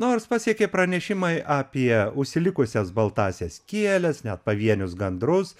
nors pasiekė pranešimai apie užsilikusias baltąsias kieles net pavienius gandrus